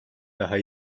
daha